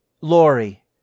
Lori